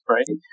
Right